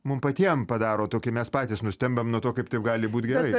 mum patiem padaro tokį mes patys nustembam nuo to kaip taip gali būt gerai